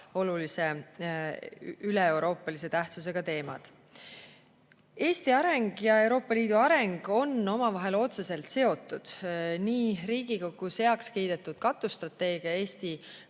tähtsusega üleeuroopalised teemad. Eesti areng ja Euroopa Liidu areng on omavahel otseselt seotud. Nii Riigikogus heaks kiidetud katusstrateegia "Eesti